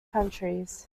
counties